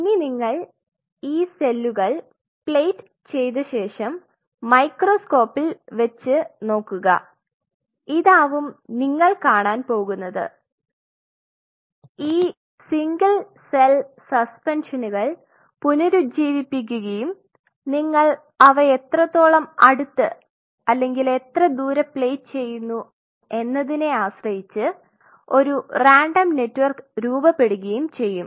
ഇനി നിങ്ങൾ ഈ സെല്ലുകൾ പ്ലേറ്റ് ചെയ്തശേഷം മൈക്രോസ്കോപ്പിൽ വെച്ച് നോക്കുക ഇതാവും നിങ്ങൾ കാണാൻ പോകുന്നത് ഈ സിംഗിൾ സെൽ സസ്പെൻഷനുകൾ പുനരുജ്ജീവിപ്പിക്കുകയും നിങ്ങൾ അവ എത്രത്തോളം അടുത്ത് അല്ലെങ്കിൽ എത്ര ദൂരം പ്ലേറ്റ് ചെയ്യുന്നു എന്നതിനെ ആശ്രയിച്ച് ഒരു റാൻഡം നെറ്റ്വർക്ക് രൂപപ്പെടുകയും ചെയ്യും